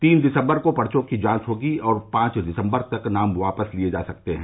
तीन दिसम्बर को पर्चो की जांच होगी और पांच दिसम्बर तक नाम वापस लिए जा सकते हैं